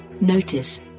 Notice